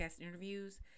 interviews